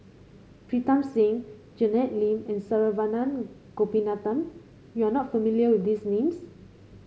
Pritam Singh Janet Lim and Saravanan Gopinathan you are not familiar with these names